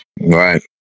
Right